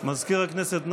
מזכיר הכנסת,